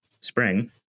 spring